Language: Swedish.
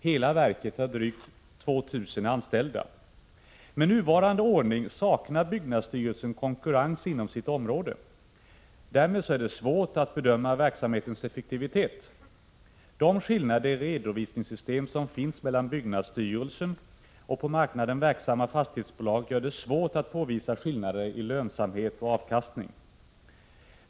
Hela verket har drygt 2 000 anställda. Med nuvarande ordning saknar byggnadsstyrelsen konkurrens inom sitt område. Därmed är det svårt att bedöma verksamhetens effektivitet. De skillnader i redovisningssystem som finns mellan byggnadsstyrelsen och på marknaden verksamma fastighetsbolag gör det svårt att påvisa skillnader i lönsamhet och avkastning.